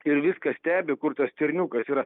ir viską stebi kur tas stirniukas yra